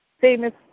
famous